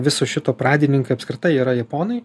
viso šito pradininkai apskritai yra japonai